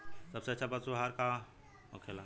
सबसे अच्छा पशु आहार कौन होखेला?